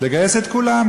אלא לגייס את כולם,